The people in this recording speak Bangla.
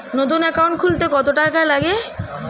নতুন একাউন্ট খুলতে কত টাকা লাগে?